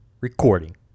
Recording